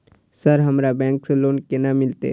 Sir हमरा bank से loan केना मिलते?